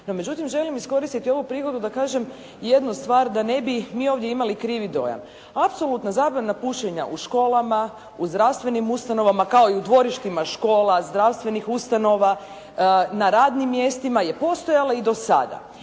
međutim, želim iskoristiti ovu priliku da kažem jednu stvar da ne bi mi ovdje imali krivi dojam. Apsolutna zabrana pušenja u školama, u zdravstvenim ustanovama kao i u dvorištima škola, zdravstvenih ustanova. Na radnim mjestima je postojala i do sada